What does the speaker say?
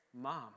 mom